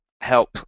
help